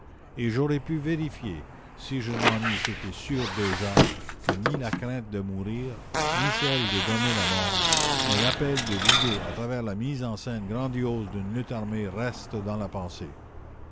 et j'aurais pu vérifier si je n'en eusse été sûre déjà que ni la crainte de mourir ni celle de donner la mort mais l'appel de l'idée à travers la mise en scène grandiose d'une lutte armée restent dans la pensée